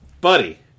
buddy